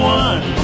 one